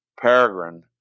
peregrine